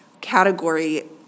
category